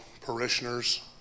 parishioners